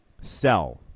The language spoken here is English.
Sell